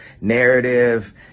narrative